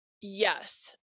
Yes